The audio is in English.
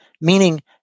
Meaning